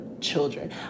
children